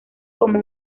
como